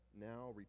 now